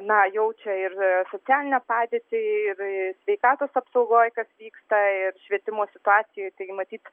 na jaučia ir socialinę padėtį ir sveikatos apsaugoj kas vyksta ir švietimo situacijoj taigi matyt